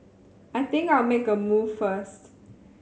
I think I'll make a move first